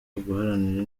uguharanira